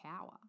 power